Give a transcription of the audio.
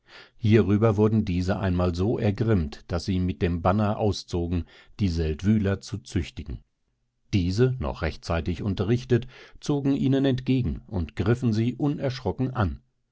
hierüber wurden diese einmal so ergrimmt daß sie mit dem banner auszogen die seldwyler zu züchtigen diese noch rechtzeitig unterrichtet zogen ihnen entgegen und griffen sie unerschrocken an